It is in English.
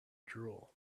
drool